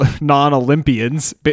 non-Olympians